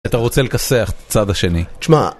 אתה רוצה לקסח את הצד השני? תשמע...